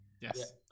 Yes